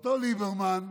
אותו ליברמן,